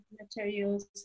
materials